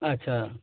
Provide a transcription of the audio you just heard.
আচ্ছা